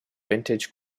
vintage